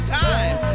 time